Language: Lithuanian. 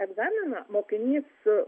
egzaminą mokinys